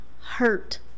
hurt